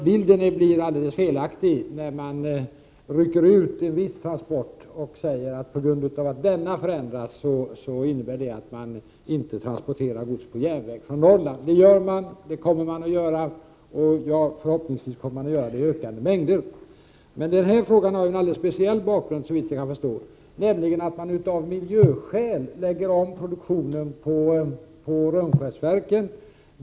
Bilden blir alldeles felaktig om man rycker en viss transport ur sammanhanget och säger att gods på grund av att denna transport överförs från järnväg till landsväg inte transporteras på järnväg från Norrland. Men det sker ju, och det kommer att ske även i fortsättningen, förhoppningsvis i Prot. 1988/89:26 ökande mängder. 17 november 1988 Såvitt jag kan förstå har denna fråga emellertid en alldeles speciell ZH. bakgrund, nämligen att man av miljöskäl lägger om produktionen på Rönnskärsverken.